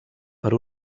per